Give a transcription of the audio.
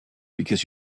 because